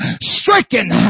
stricken